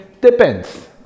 depends